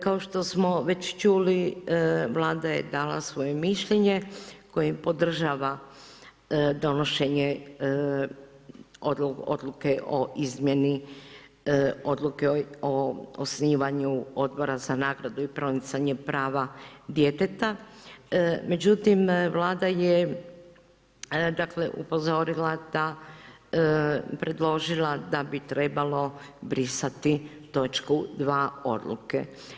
Kao što smo već čuli Vlada je dala svoje mišljenje kojim podržava donošenje Odluke o izmjeni Odluke o osnivanju Odbora za nagradu i promicanje prava djeteta, međutim Vlada je dakle upozorila da, predložila da bi trebalo brisati točku 2. odluke.